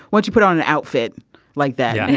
what you put on an outfit like that